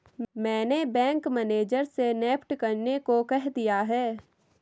मैंने bank manager से NEFT करने को कह दिया है